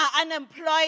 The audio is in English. unemployed